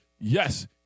Yes